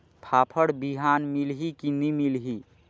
फाफण बिहान मिलही की नी मिलही?